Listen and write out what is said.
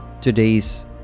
Today's